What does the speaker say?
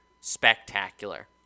spectacular